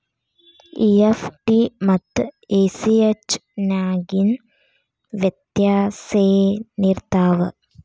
EFT ಮತ್ತ ACH ನ್ಯಾಗಿನ್ ವ್ಯೆತ್ಯಾಸೆನಿರ್ತಾವ?